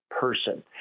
person